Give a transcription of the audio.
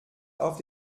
auf